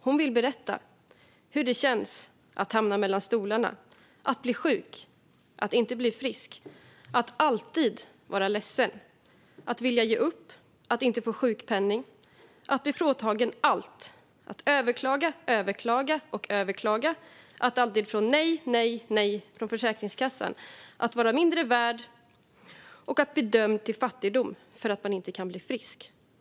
Hon vill berätta hur det känns att hamna mellan stolarna, att bli sjuk, att inte bli frisk, att alltid vara ledsen, att vilja ge upp, att inte få sjukpenning, att bli fråntagen allt, att överklaga och överklaga, att alltid få nej, nej från Försäkringskassan, att vara mindre värd och att bli dömd till fattigdom för att man inte kan bli frisk.